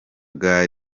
imvugo